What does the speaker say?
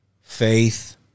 Faith